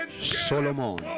Solomon